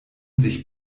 sich